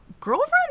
girlfriend